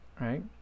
right